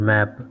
Map